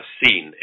seen